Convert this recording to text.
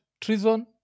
Treason